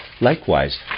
likewise